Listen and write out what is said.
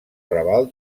raval